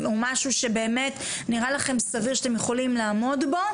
משהו שבאמת נראה לכם סביר שאתם יכולים לעמוד בו,